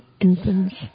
infants